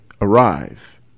arrive